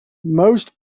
most